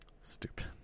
Stupid